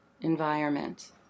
environment